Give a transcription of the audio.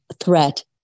threat